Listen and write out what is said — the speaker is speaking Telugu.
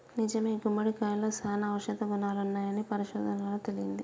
నిజమే గుమ్మడికాయలో సానా ఔషధ గుణాలున్నాయని పరిశోధనలలో తేలింది